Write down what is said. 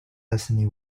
destiny